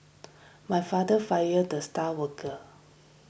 my father fired the star worker